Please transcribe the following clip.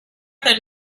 than